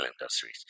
industries